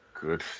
Good